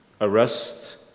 arrest